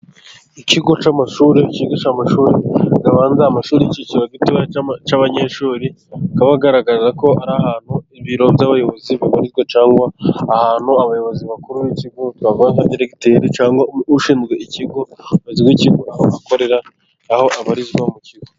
Ikigo cy'amashuri cyigisha amashuri abanza, amashuri icyiciro gito cy'abanyeshuri akaba agaragaza ko ari ahantu ibiro by'abayobozi bibonerwa cyangwa ahantu abayobozi bakuru b'ikigo baba, deregiteri cyangwa ushinzwe ikigo bakigura aho bakorera aho abarizwa mu kigo.